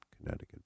Connecticut